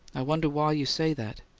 i wonder why you say that.